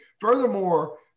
Furthermore